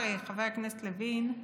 אז אני אומר, חבר הכנסת לוין,